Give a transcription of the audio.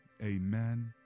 Amen